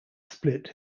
split